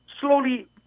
Slowly